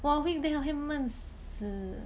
!wah! weekday 我会闷死